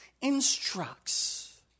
instructs